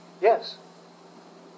Yes